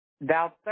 Thou